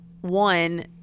one